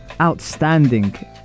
outstanding